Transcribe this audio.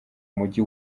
mujyi